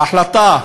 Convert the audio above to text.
ההחלטה,